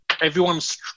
Everyone's